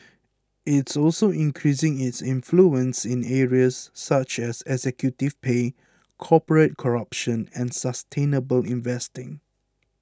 it's also increasing its influence in areas such as executive pay corporate corruption and sustainable investing